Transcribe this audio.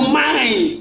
mind